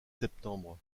septembre